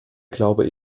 glaube